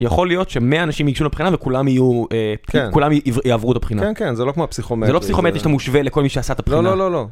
יכול להיות שמאה אנשים ייגשו לבחינה וכולם יהיו, כולם יעברו את הבחינה. כן, כן, זה לא כמו הפסיכומטרי. זה לא פסיכומטרי שאתה מושווה לכל מי שעשה את הבחינה. לא, לא, לא, לא.